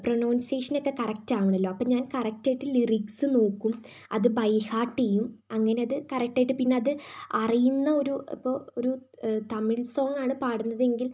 pronunciation ഒക്കെ correct ആവണമല്ലോ അപ്പം ഞാൻ കറക്ട് ആയിട്ട് ലിറിക്സ് നോക്കും അത് ബൈഹാർട്ട് ചെയ്യും അങ്ങനെ അത് കറക്ട് ആയിട്ട് പിന്നെ അത് അറിയുന്ന ഒരു ഇപ്പോൾ ഒരു തമിഴ് സോങ്ങ് ആണ് പാടുന്നത് എങ്കിൽ